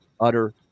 utter